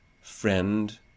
friend